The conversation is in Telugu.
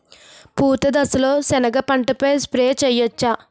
పూత దశలో సెనగ పంటపై స్ప్రే చేయచ్చా?